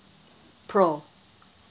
pro